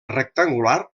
rectangular